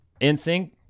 InSync